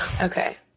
Okay